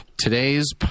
Today's